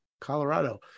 Colorado